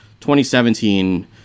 2017